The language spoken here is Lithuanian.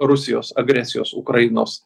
rusijos agresijos ukrainos